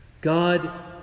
God